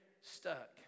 stuck